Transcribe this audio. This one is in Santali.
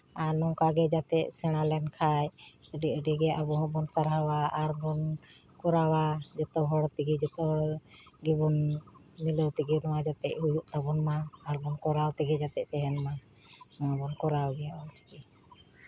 ᱟᱨ ᱱᱚᱝᱠᱟᱜᱮ ᱡᱟᱛᱮ ᱥᱮᱬᱟ ᱞᱮᱱᱠᱷᱟᱡ ᱟᱹᱰᱤ ᱟᱹᱰᱤ ᱜᱮ ᱟᱵᱚ ᱦᱚᱸᱵᱚᱱ ᱯᱟᱲᱦᱟᱣᱟ ᱟᱨᱵᱚᱱ ᱠᱚᱨᱟᱣᱟ ᱡᱚᱛᱚ ᱦᱚᱲ ᱛᱮᱜᱮ ᱡᱚᱛᱚ ᱦᱚᱲ ᱜᱮᱵᱚᱱ ᱢᱤᱞᱟᱹᱣ ᱛᱮᱜᱮ ᱡᱟᱛᱮ ᱦᱩᱭᱩᱜ ᱛᱟᱵᱚᱱ ᱢᱟ ᱟᱨᱵᱚᱱ ᱠᱚᱨᱟᱣ ᱛᱮᱜᱮ ᱡᱟᱛᱮᱜ ᱛᱟᱦᱮᱱ ᱢᱟ ᱟᱨᱵᱚᱱ ᱠᱚᱨᱟᱣ ᱜᱮᱭᱟ ᱚᱞᱪᱤᱠᱤ